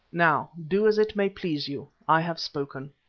now, do as it may please you i have spoken.